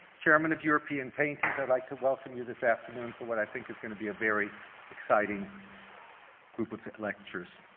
chairman of european paintings. i'd like to welcome you this afternoon for what i think is going to be a very exciting group of lectures.